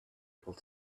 able